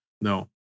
No